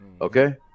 Okay